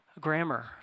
grammar